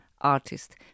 artist